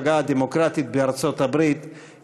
הדמוקרטית בארצות-הברית,